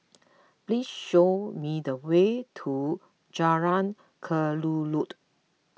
please show me the way to Jalan Kelulut